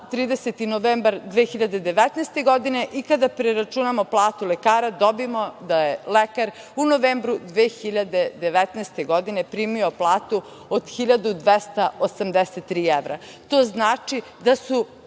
30. novembar 2019. godine i kada preračunamo platu lekara, dobijemo da je lekar u novembru 2019. godine primio platu od 1.283 evra. To znači da su